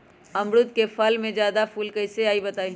अमरुद क फल म जादा फूल कईसे आई बताई?